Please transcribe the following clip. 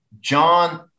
John